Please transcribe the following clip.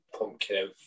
pumpkin